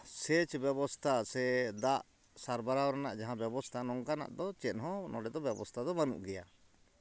ᱥᱮᱪ ᱵᱮᱵᱚᱥᱛᱟ ᱥᱮ ᱫᱟᱜ ᱥᱟᱨᱵᱟᱨᱟᱣ ᱨᱮᱱᱟᱜ ᱡᱟᱦᱟᱸ ᱵᱮᱵᱚᱥᱛᱟ ᱱᱚᱝᱠᱟᱱᱟᱜ ᱫᱚ ᱪᱮᱫᱦᱚᱸ ᱱᱚᱰᱮᱫᱚ ᱵᱮᱵᱚᱥᱛᱟᱫᱚ ᱵᱟᱹᱱᱩᱜ ᱜᱮᱭᱟ